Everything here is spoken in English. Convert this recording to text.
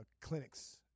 clinics